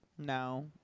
No